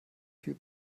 viel